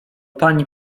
pani